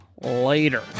Later